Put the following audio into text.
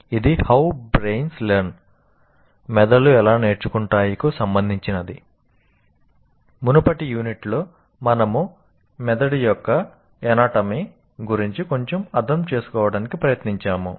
ఇది how brains learn గురించి కొంచెం అర్థం చేసుకోవడానికి ప్రయత్నించాము